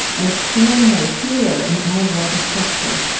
an extraordinary healer in our world of fracture.